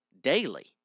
daily